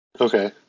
Okay